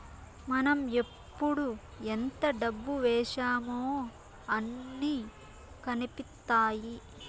మనం ఎప్పుడు ఎంత డబ్బు వేశామో అన్ని కనిపిత్తాయి